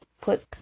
put